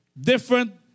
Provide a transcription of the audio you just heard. Different